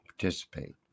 participate